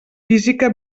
física